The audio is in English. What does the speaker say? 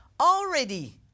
already